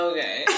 Okay